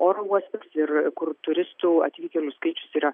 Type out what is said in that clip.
oro uostas ir kur turistų atvykėlių skaičius yra